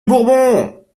bourbons